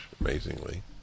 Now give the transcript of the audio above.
amazingly